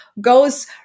goes